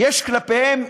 יש לגביהם